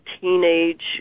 teenage